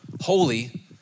holy